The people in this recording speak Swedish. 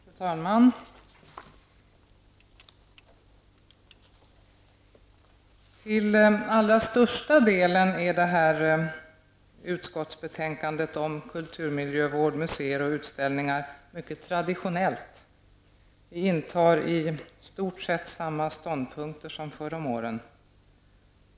Fru talman! Till allra största delen är det här utskottsbetänkandet om kulturmiljövård, museer och utställningar mycket traditionellt. Vi intar i stort sett samma ståndpunkter som förr om åren.